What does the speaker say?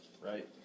Right